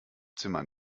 zimmer